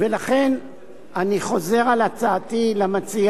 לכן אני חוזר על הצעתי למציעה,